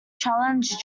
challenge